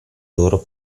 loro